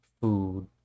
food